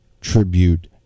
tribute